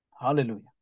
Hallelujah